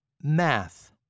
Math